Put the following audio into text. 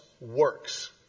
works